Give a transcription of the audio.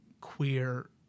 queer